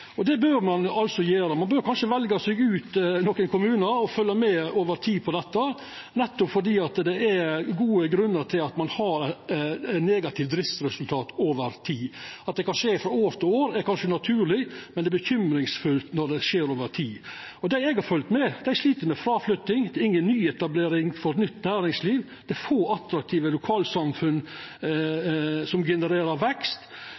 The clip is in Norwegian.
Det bør ein gjera. Ein bør kanskje velja seg ut nokre kommunar og følgja med på dette over tid, for det er gode grunnar til at ein har eit negativt driftsresultat over tid. At det kan skje frå eit år til eit anna, er kanskje naturleg, men det gjev grunn til uro når det skjer over tid. Dei eg har følgt med på, slit med fråflytting, inga nyetablering av nytt næringsliv og få attraktive lokalsamfunn som genererer vekst.